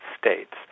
states